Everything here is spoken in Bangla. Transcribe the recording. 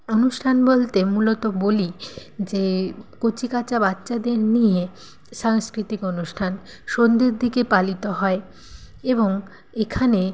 অনুষ্ঠান বলতে মূলত বলি যে কচিকাঁচা বাচ্চাদের নিয়ে সাংস্কৃতিক অনুষ্ঠান সন্ধের দিকে পালিত হয় এবং এখানে